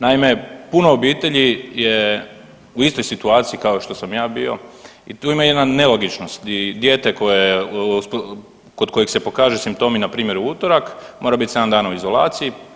Naime, puno obitelji je u istoj situaciju kao što sam i ja bio i tu ima jedna nelogičnost i dijete koje, kod kojeg se pokažu simptomi npr. u utorak mora biti 7 dana u izolaciji.